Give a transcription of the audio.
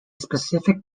specific